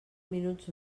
minuts